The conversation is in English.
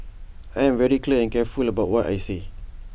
I am very clear and careful about what I say